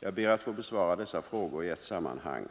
Jag ber att få besvara dessa frågor i ett sammanhang.